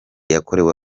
yakorewe